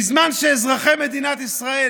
בזמן שאזרחי מדינת ישראל